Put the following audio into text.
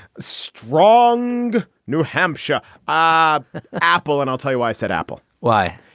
strong new hampshire ah apple. and i'll tell you why, said apple. why?